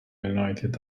united